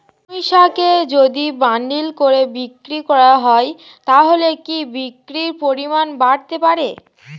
পুঁইশাকের যদি বান্ডিল করে বিক্রি করা হয় তাহলে কি বিক্রির পরিমাণ বাড়তে পারে?